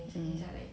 mm